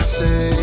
say